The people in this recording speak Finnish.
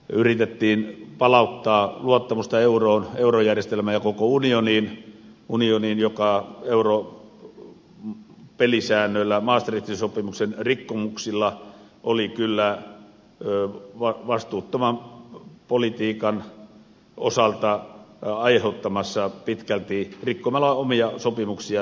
yritettiin palauttaa luottamusta euroon eurojärjestelmään ja koko unioniin joka europelisäännöillä maastrichtin sopimuksen rikkomuksilla oli kyllä vastuuttoman politiikan osalta aiheuttamassa tätä tilannetta pitkälti rikkomalla omia sopimuksia